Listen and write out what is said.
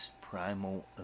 primal